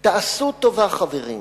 תעשו טובה, חברים,